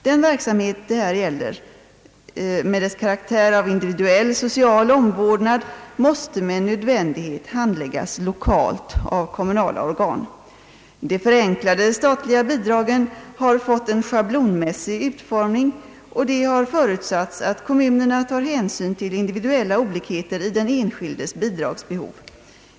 Den verksamhet det här gäller med dess karaktär av individuell social omvårdnad måste med nödvändighet handläggas lokalt av kommunala organ. De förenklade statliga bidragen har fått en schablonmässig utformning, och det har förutsatts att kommunerna tar hänsyn till individuella olikheter i den enskildes bidragsbehov.